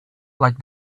like